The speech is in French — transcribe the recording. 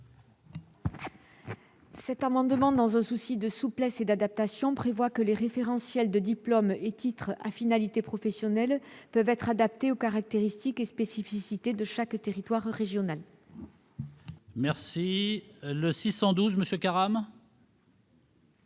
Cet amendement, dans un souci de souplesse et d'adaptation, tend à ce que les référentiels de diplômes et titres à finalité professionnelle puissent être adaptés aux caractéristiques et spécificités de chaque territoire régional. L'amendement n° 612,